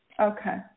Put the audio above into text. Okay